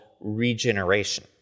regeneration